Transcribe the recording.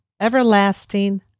everlasting